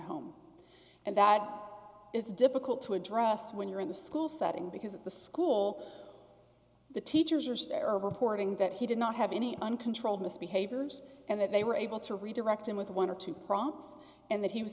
home and that is difficult to address when you're in the school setting because at the school the teachers are sterile reporting that he did not have any uncontrolled misbehaviors and that they were able to redirect him with one or two props and that he was